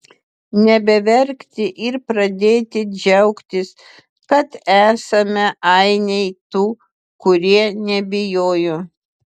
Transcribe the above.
nebeverkti ir pradėti džiaugtis kad esame ainiai tų kurie nebijojo